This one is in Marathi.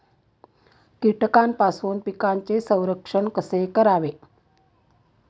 कीटकांपासून पिकांचे संरक्षण कसे करावे?